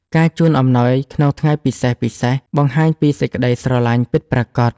ការជូនអំណោយក្នុងថ្ងៃពិសេសៗ បង្ហាញពីសេចក្តីស្រឡាញ់ពិតប្រាកដ។